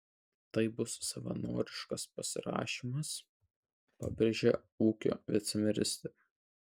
tai bus savanoriškas pasirašymas pabrėžia ūkio viceministrė